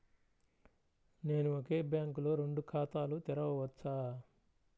నేను ఒకే బ్యాంకులో రెండు ఖాతాలు తెరవవచ్చా?